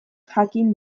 jakin